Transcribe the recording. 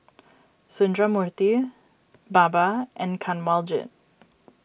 Sundramoorthy Baba and Kanwaljit